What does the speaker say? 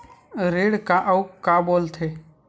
ऋण का अउ का बोल थे?